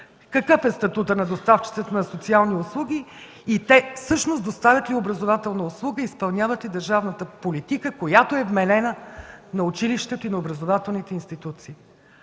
какъв е статутът на доставчика на социални услуги. Те всъщност доставят образователна услуга и изпълняват и държавната политика, която е вменена на училището и на образователните институции.